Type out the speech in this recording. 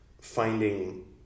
finding